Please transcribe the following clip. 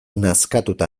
nazkatuta